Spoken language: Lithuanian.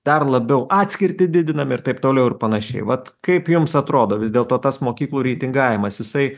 dar labiau atskirtį didinam ir taip toliau ir panašiai vat kaip jums atrodo vis dėlto tas mokyklų reitingavimas jisai